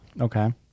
Okay